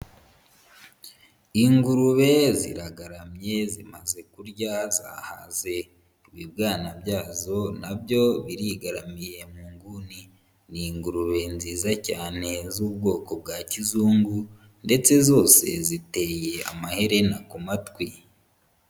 Ingurube ziragaramye zimaze kurya zahaze, ibibwana byazo na byo birigaramiye mu nguni, ni ingurube nziza cyane z'ubwoko bwa kizungu ndetse zose ziteye amaherena ku matwi.